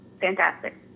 fantastic